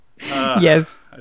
Yes